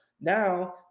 now